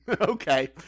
Okay